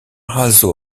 also